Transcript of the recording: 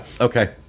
okay